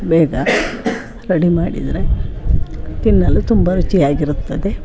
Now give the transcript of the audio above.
ಬೇಗ ರಡಿ ಮಾಡಿದರೆ ತಿನ್ನಲು ತುಂಬ ರುಚಿಯಾಗಿರುತ್ತದೆ